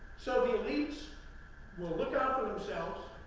so, the elites will look after themselves,